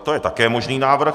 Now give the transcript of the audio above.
To je také možný návrh.